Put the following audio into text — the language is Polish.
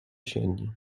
sieni